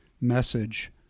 message